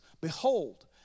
Behold